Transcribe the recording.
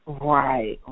Right